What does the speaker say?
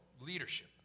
leadership